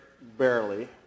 Barely